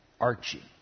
Archie